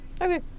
okay